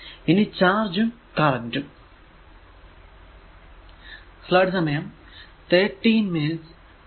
ഇനി ചാർജും കറന്റും